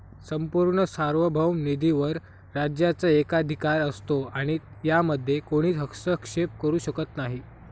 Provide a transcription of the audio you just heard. संपूर्ण सार्वभौम निधीवर राज्याचा एकाधिकार असतो आणि यामध्ये कोणीच हस्तक्षेप करू शकत नाही